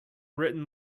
written